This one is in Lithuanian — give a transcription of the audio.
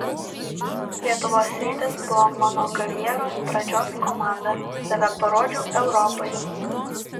lietuvos rytas buvo mano karjeros pradžios komanda save parodžiau europai